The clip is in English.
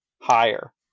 higher